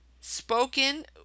spoken